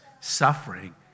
suffering